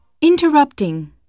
Interrupting